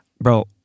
Bro